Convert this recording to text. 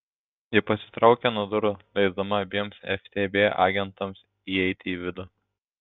ji pasitraukė nuo durų leisdama abiem ftb agentams įeiti į vidų